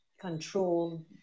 control